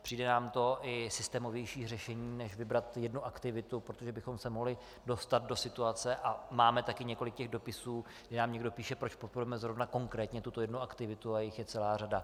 Přijde nám to i systémovější řešení než vybrat jednu aktivitu, protože bychom se mohli dostat do situace, a máme taky několik těch dopisů, že nám někdo píše, proč podporujeme zrovna konkrétně tuto jednu aktivitu, ale jich je celá řada.